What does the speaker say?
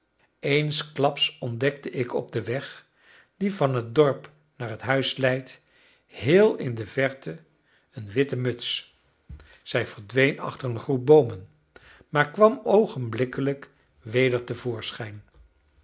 eensklaps ontdekte ik op den weg die van het dorp naar het huis leidt heel in de verte een witte muts zij verdween achter een groep boomen maar kwam oogenblikkelijk weder